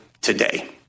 today